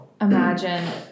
imagine